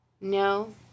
No